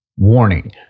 Warning